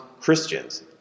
Christians